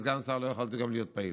כסגן שר לא יכולתי גם להיות פעיל.